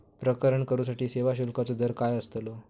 प्रकरण करूसाठी सेवा शुल्काचो दर काय अस्तलो?